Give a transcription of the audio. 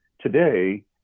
today